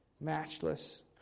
Matchless